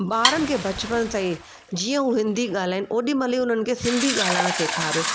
ॿारनि खे बचपन सां ई जीअं हूं हिंदी ॻाल्हाइनि ओॾी महिल ई उन्हनि खे सिंधी ॻाल्हाइणु सेखारो